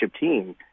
team